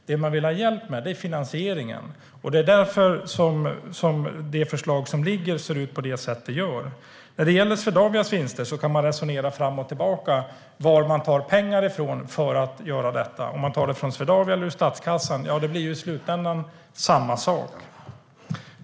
Det man vill ha hjälp med är finansieringen, och det är därför det förslag som ligger på bordet ser ut på det sätt det gör. När det gäller Swedavias vinster kan man resonera fram och tillbaka om varifrån man tar pengar för att göra detta. Tar man det ur Swedavia eller statskassan? Ja, det blir ju i slutändan samma sak.